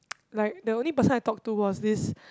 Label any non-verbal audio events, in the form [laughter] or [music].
[noise] like the only person I talk to was this